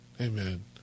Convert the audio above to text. Amen